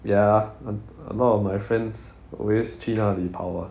ya a lot of my friends always 去那里跑 ah